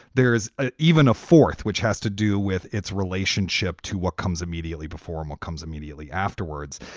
there's ah even a fourth, which has to do with its relationship to what comes immediately before and what comes immediately afterwards.